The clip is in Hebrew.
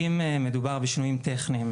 אם מדובר בשינויים טכניים,